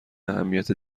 اهمیت